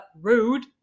rude